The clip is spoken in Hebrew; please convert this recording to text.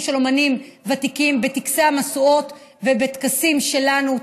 של אומנים ותיקים בטקסי המשואות ובטקסים שלנו,